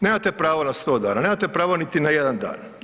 Nemate pravo na 100 dana, nemate pravo niti na jedan dan.